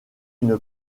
une